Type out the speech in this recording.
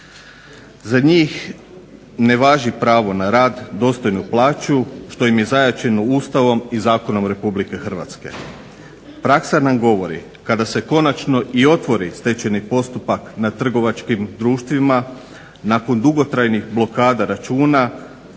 Za njih ne važi pravo na rad, dostojnu plaću što im je zajamčeno Ustavom i zakonom Republike Hrvatske. Praksa nam govori kada se konačno i otvori stečajni postupak nad trgovačkim društvima nakon dugotrajnih blokada računa